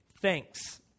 Thanks